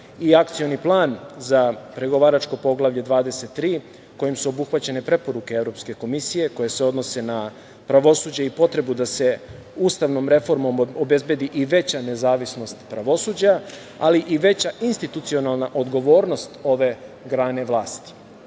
i Akcioni plan za pregovaračko Poglavlje 23, kojim su obuhvaćene preporuke Evropske komisije koje se odnose na pravosuđe i potrebu da se ustavnom reformom obezbedi i veća nezavisnost pravosuđa, ali i veća institucionalna odgovornost ove grane vlasti. Naime,